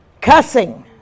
Cussing